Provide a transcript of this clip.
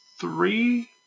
three